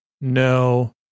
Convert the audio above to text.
No